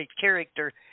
character